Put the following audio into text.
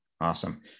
Awesome